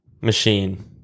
machine